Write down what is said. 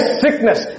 sickness